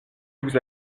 vous